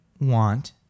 want